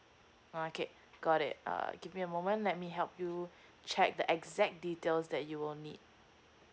oh okay got it uh give me a moment let me help you check the exact details that you will need